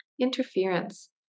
Interference